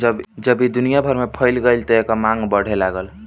जब ई दुनिया भर में फइल गईल त एकर मांग बढ़े लागल